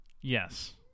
Yes